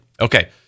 okay